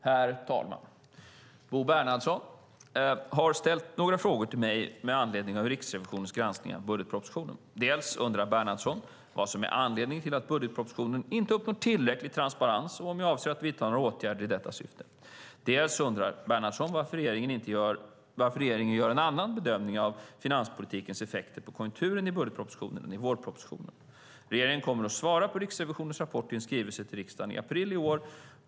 Herr talman! Bo Bernhardsson har ställt några frågor till mig med anledning av Riksrevisionens granskning av budgetpropositionen. Dels undrar Bernhardsson vad som är anledningen till att budgetpropositionen inte uppnår tillräcklig transparens och om jag avser att vidta några åtgärder i detta syfte, dels undrar Bernhardsson varför regeringen gör en annan bedömning av finanspolitikens effekt på konjunkturen i budgetpropositionen än i vårpropositionen. Regeringen kommer att svara på Riksrevisionens rapport i en skrivelse till riksdagen i april i år.